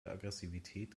aggressivität